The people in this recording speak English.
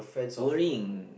boring